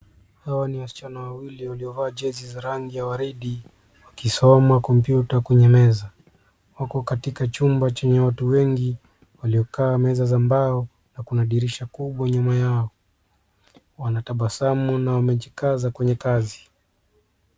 Hawa ni wasichana wawili waliovaa jezi za rangi ya waridi wakisoma kompyuta kwenye meza. Wako katika chumba chenye watu wengi waliokaa meza za mbao na kuna dirisha kubwa nyuma yao. Wanatabasamu na wamejikaza kwenye kazi.